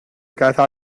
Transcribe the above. cabeza